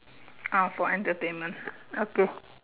ah for entertainment okay